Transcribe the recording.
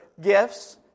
gifts